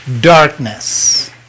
darkness